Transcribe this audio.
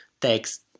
text